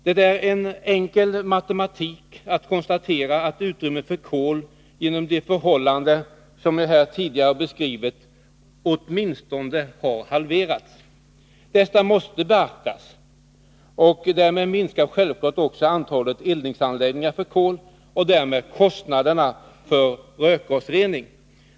Det är enkel matematik att konstatera att utrymmet för kol åtminstone har halverats på grund av de förhållanden som jag här tidigare beskrivit. Detta måste beaktas. Därmed minskar självfallet antalet eldningsanläggningar för kol och därmed också kostnaderna för rökgasrening.